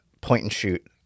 point-and-shoot